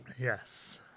Yes